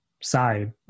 side